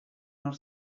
nor